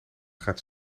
gaat